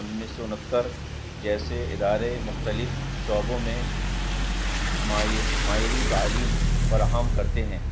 انیس سو انہتر جیسے ادارے مختلف شعبوں میں ماہرین تعلیم فراہم کرتے ہیں